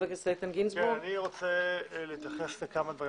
אני רוצה להתייחס לכמה דברים.